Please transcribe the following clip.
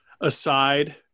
aside